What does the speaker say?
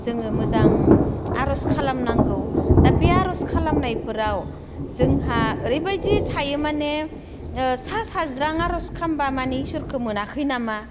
जोङो मोजां आर'ज खालामनांगौ दा बे आर'ज खालामनायफोराव जोंहा ओरैबादि थायो माने सा साज्रां आर'ज खालामब्ला माने इसोरखो मोनाखै नामा